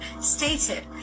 stated